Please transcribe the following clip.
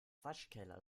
waschkeller